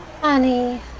Honey